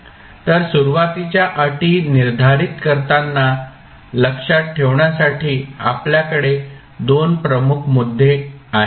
तर सुरुवातीच्या अटी निर्धारित करताना लक्षात ठेवण्यासाठी आपल्याकडे 2 प्रमुख मुद्दे आहेत